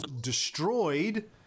destroyed